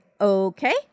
Okay